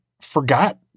forgot